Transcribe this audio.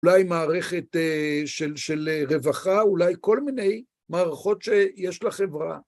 אולי מערכת של רווחה, אולי כל מיני מערכות שיש לחברה.